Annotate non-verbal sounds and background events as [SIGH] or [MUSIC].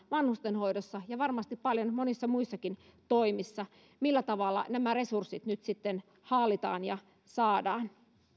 [UNINTELLIGIBLE] vanhustenhoidossa ja varmasti paljon monissa muissakin toimissa millä tavalla nämä resurssit nyt sitten haalitaan ja saadaan